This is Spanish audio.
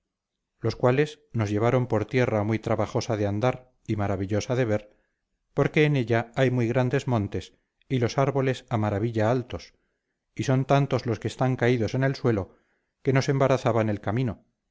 los cuales nos llevaron por tierra muy trabajosa de andar y maravillosa de ver porque en ella hay muy grandes montes y los árboles a maravilla altos y son tantos los que están caídos en el suelo que nos embarazaban el camino